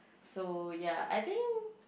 so ya I think